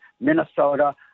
Minnesota